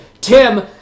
Tim